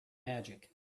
magic